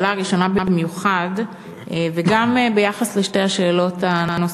במיוחד לגבי השאלה הראשונה וגם ביחס לשתי השאלות הנוספות: